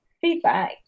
Feedback